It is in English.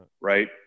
right